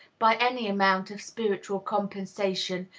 by any amount of spiritual compensation,